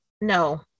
No